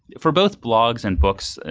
for both blogs and books,